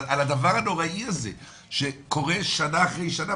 על הדבר הנוראי הזה שקורה שנה אחרי שנה?